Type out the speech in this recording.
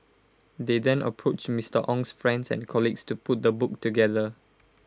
they then approached Mister Ong's friends and colleagues to put the book together